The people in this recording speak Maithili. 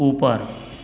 ऊपर